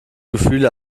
gefühle